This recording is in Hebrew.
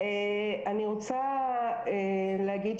אני מבקשת להתייחס.